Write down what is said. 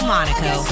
Monaco